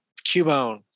Cubone